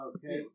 Okay